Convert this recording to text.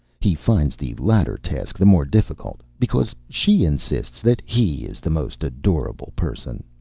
he finds the latter task the more difficult, because she insists that he is the most adorable person